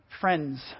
friends